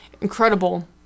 incredible